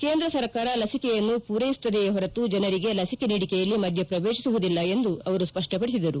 ಕೇಂದ್ರ ಸರ್ಕಾರ ಲಸಿಕೆಯನ್ನು ಪೂರೈಸುತ್ತದೆಯೇ ಹೊರತು ಜನರಿಗೆ ಲಸಿಕೆ ನೀಡಿಕೆಯಲ್ಲಿ ಮಧ್ಯಪ್ರವೇಶಿಸುವುದಿಲ್ಲ ಎಂದು ಅವರು ಸ್ಪಷ್ಟಪಡಿಸಿದರು